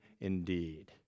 indeed